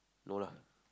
no lah